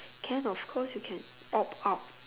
can of course you can opt out